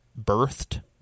birthed